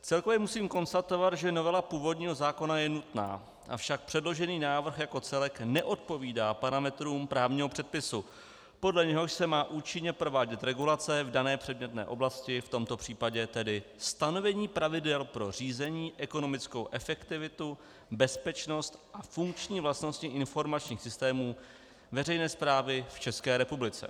Celkově musím konstatovat, že novela původního zákona je nutná, avšak předložený návrh jako celek neodpovídá parametrům právního předpisu, podle něhož se má účinně provádět regulace v dané předmětné oblasti, v tomto případě tedy stanovení pravidel pro řízení, ekonomickou efektivitu, bezpečnost a funkční vlastnosti informačních systémů veřejné správy v České republice.